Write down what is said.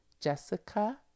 Jessica